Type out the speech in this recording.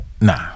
Nah